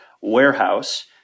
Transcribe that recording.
warehouse